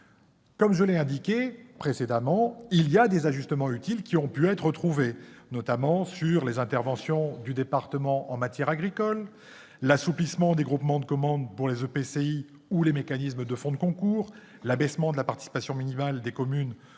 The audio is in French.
Je l'ai indiqué précédemment, des ajustements utiles ont pu être trouvés, avec notamment les interventions du département en matière agricole, l'assouplissement des groupements de commandes pour les EPCI ou les mécanismes de fonds de concours, l'abaissement de la participation minimale des communes